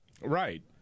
Right